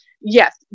Yes